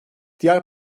diğer